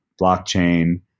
blockchain